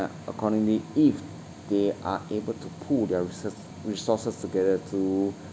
accordingly if they are able to pool their reses~ resources together to